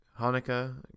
Hanukkah